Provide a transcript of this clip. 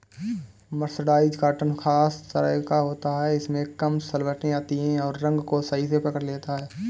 mercerised cotton खास तरह का होता है इसमें कम सलवटें आती हैं और रंग को सही से पकड़ लेता है